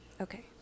Okay